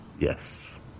yes